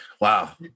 wow